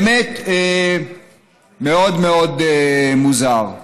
באמת, מאוד מאוד מוזר.